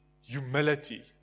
humility